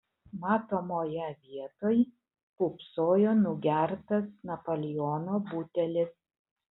matomoje vietoj pūpsojo nugertas napoleono butelis